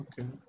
Okay